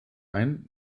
ein